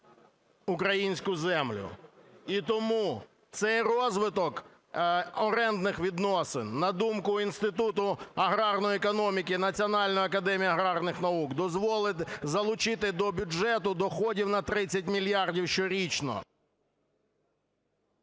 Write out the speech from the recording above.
українську землю. І тому цей розвиток орендний відносин, на думку Інституту аграрної економіки Національної академії аграрних наук, дозволить залучити до бюджету доходів на 30 мільярдів щорічно.